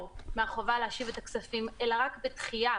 מהחובה להשיב את הכספים אלא רק בדחייה